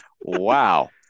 Wow